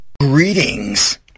greetings